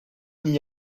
n’y